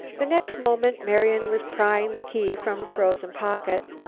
the next moment marian was prying the key from a frozen pocket,